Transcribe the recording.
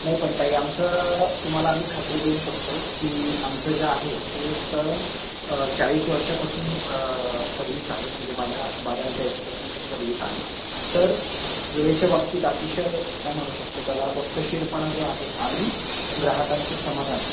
नाही पण ताई आमचं तुम्हाला आम्ही खात्री देऊ शकतो की आमचं जे आहे ते त चाळीस वर्षापासून सर्विस आहे म्हणजे माझ्या बाबांच्या याच्यापासून ती सर्विस आहे तर वेळेच्या बाबतीत अतिशय काय म्हणू शकतो त्याला वक्तशीरपणा जो आहे आणि ग्राहकांचं समाधान